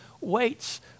waits